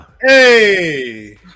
Hey